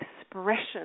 expression